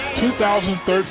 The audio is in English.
2013